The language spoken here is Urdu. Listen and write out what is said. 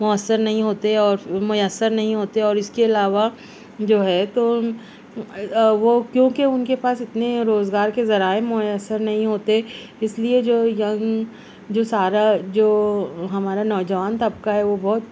میسر نہیں ہوتے اور میسر نہیں ہوتے اور اس کے علاوہ جو ہے تو وہ کیونکہ ان کے پاس اتنے روزگار کے ذرائع میسر نہیں ہوتے اس لیے جو ینگ جو سارا جو ہمارا نوجوان طبقہ ہے وہ بہت